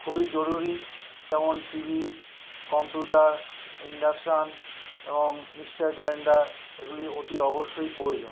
খুবই জরুরি যেমন টিভি কম্পিউটার ইন্ডাকশন এবং মিক্সার গ্রাইন্ডার এগুলি অতি অবশ্যই প্রয়োজন